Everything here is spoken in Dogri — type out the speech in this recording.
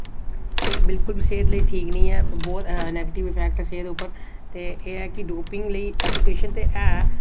एह् बिलकुल बी सेह्त लेई ठीक नेईं ऐ बहुत नेगेटिव इम्पैक्ट ऐ सेह्त उप्पर ते एह् ऐ कि डोपिंग लेई एजुकेशन ते है